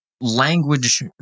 language